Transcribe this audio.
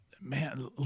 man